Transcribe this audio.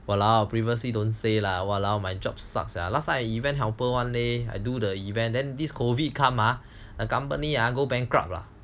!walao! previously don't say lah !walao! my job sucks lah last time I event helper [one] leh I do the event then this COVID come ah company ah go bankrupt lah